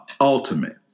ultimate